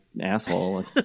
asshole